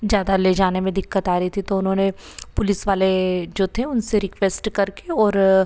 ज़्यादा ले जाने में दिक्कत आ रही थी तो उन्होंने पुलिस वाले जो थे उनसे रिक्वेस्ट करके और